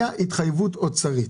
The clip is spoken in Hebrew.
הייתה התחייבות אוצרית,